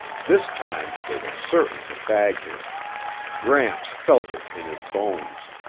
this time they were certain to bag him gramps felt it in his bones.